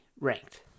ranked